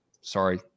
sorry